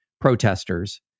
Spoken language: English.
protesters